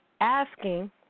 asking